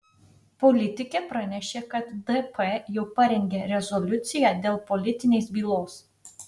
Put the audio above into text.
politikė pranešė kad dp jau parengė rezoliuciją dėl politinės bylos